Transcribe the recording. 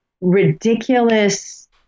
ridiculous